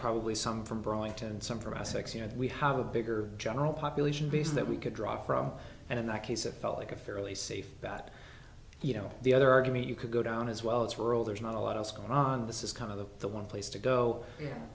probably some from burlington some prospects you know we have a bigger general population base that we could draw from and in that case it felt like a fairly safe bet you know the other argument you could go down as well as for all there's not a lot of going on this is kind of the one place to go